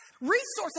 resources